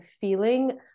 feeling